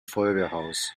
feuerwehrhaus